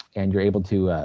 and you are able to